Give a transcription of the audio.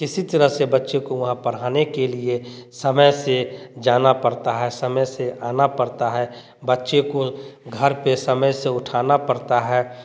इसी तरह से बच्चे को वहाँ पढ़ने के लिए समय से जाना पड़ता है समय से आना पड़ता है बच्चे को घर पे समय से उठाना पड़ता है